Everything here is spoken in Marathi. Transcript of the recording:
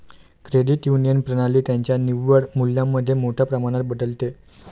क्रेडिट युनियन प्रणाली त्यांच्या निव्वळ मूल्यामध्ये मोठ्या प्रमाणात बदलते